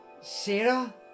Sarah